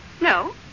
No